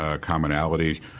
commonality